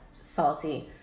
salty